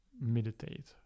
meditate